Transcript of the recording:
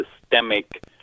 systemic